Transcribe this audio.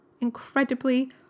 incredibly